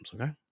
okay